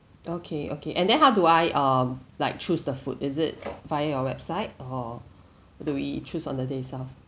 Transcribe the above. okay okay and then how do I um like choose the food is it via your website or do we choose on the day itself